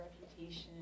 reputation